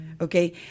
okay